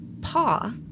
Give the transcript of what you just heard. paw